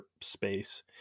space